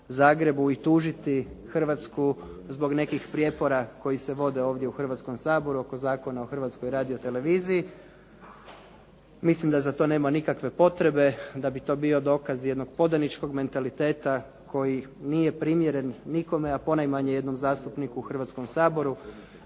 Zagrebu i tužiti Hrvatsku zbog nekih prijepora koji se vode ovdje u Hrvatskom saboru oko Zakona o Hrvatskoj radio-televiziji. Mislim da za to nema nikakve potrebe da bi to bio dokaz jednog podaničkog mentaliteta koji nije primjeren nikome, a ponajmanje jednom zastupniku u Hrvatskom saboru.